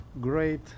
great